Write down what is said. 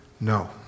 No